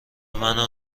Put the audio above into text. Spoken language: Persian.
منو